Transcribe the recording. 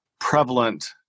prevalent